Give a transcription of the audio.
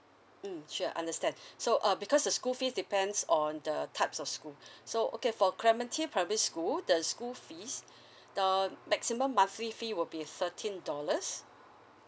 mm sure understand so uh because the school fee depends on the types of school so okay for clementI primary school the school fees uh maximum monthly fee will be thirteen dollars